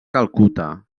calcuta